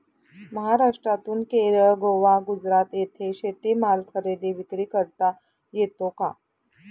महाराष्ट्रातून केरळ, गोवा, गुजरात येथे शेतीमाल खरेदी विक्री करता येतो का?